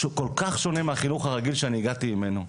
כל כך שונה מהחינוך הרגיל שאני הגעתי ממנו,